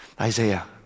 Isaiah